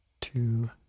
two